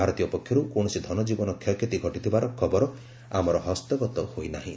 ଭାରତୀୟ ପକ୍ଷର୍ କୌଣସି ଧନ ଜୀବନ କ୍ଷୟକ୍ଷତି ଘଟିଥିବାର ଖବର ଆମର ହସ୍ତଗତ ହୋଇ ନାହିଁ